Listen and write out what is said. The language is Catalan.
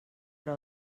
però